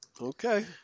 Okay